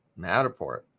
Matterport